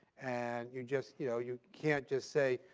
and you just you know you can't just say,